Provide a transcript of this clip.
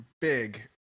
big